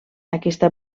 aquesta